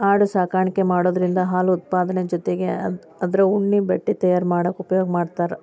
ಆಡು ಸಾಕಾಣಿಕೆ ಮಾಡೋದ್ರಿಂದ ಹಾಲು ಉತ್ಪಾದನೆ ಜೊತಿಗೆ ಅದ್ರ ಉಣ್ಣೆ ಬಟ್ಟೆ ತಯಾರ್ ಮಾಡಾಕ ಉಪಯೋಗ ಮಾಡ್ತಾರ